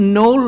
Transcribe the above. no